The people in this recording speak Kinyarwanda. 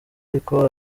ariko